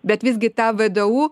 bet visgi tą vdu